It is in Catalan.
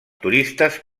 turistes